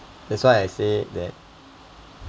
that's why I said that